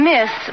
Miss